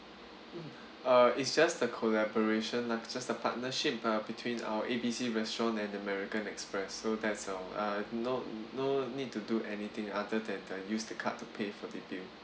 uh it's just a collaboration lah just a partnership between our A B C restaurant and american express so that's uh no no need to do anything other than uh use the card to pay for the bill